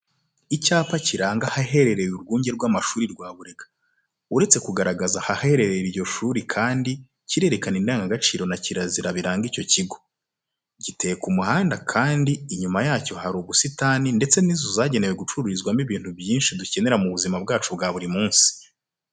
Icyapa kiranga ahaherereye urwunge rw'amashuri rwa Burega, uretse kugaragaza ahaherereye iryo shuri kandi kirerekana indangagaciro na kirazira biranga icyo kigo. Giteye ku muhanda kandi inyuma yacyo hari ubusitani ndetse n'inzu zagenewe gucururizwamo ibintu byinshi dukenera mu buzima bwacu bwa buri munsi